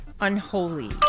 unholy